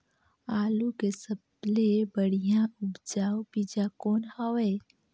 आलू के सबले बढ़िया उपजाऊ बीजा कौन हवय?